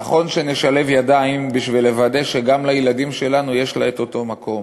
נכון שנשלב ידיים בשביל לוודא שגם בקרב הילדים שלנו יש לה אותו מקום.